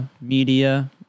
media